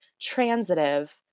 transitive